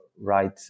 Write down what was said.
right